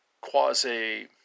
quasi